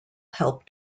help